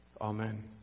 Amen